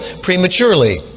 prematurely